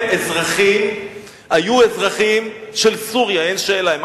הם היו אזרחים של סוריה, ואין שאלה.